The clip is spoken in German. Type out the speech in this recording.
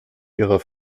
ihrer